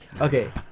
Okay